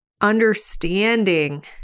understanding